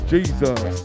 Jesus